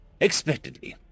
Expectedly